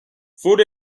food